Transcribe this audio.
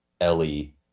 ellie